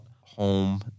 home